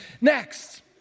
next